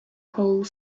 whole